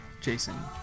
Jason